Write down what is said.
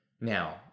Now